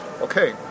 Okay